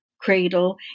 cradle